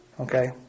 Okay